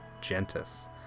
gentis